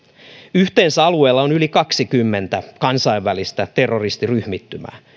yhteensä alueella on yli kaksikymmentä kansainvälistä terroristiryhmittymää